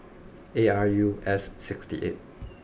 A R U S sixty eight